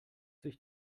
sich